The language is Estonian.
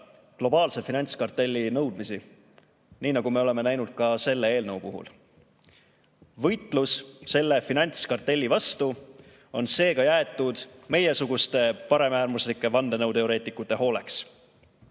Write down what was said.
globaalse finantskartelli nõudmisi. Nii nagu me oleme näinud ka selle eelnõu puhul. Võitlus selle finantskartelli vastu on seega jäetud meiesuguste paremäärmuslike vandenõuteoreetikute hooleks. Õnneks